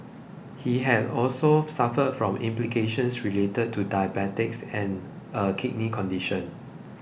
he had also suffered from complications related to diabetes and a kidney condition